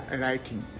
writing